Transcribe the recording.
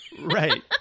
Right